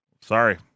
sorry